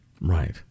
Right